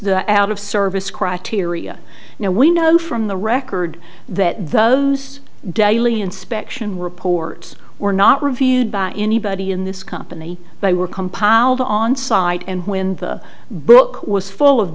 it out of service criteria now we know from the record that those daily inspection reports were not reviewed by anybody in this company but were compiled onsite and when the book was full of